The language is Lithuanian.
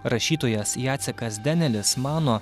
rašytojas jacekas denelis mano